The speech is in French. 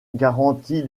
garantit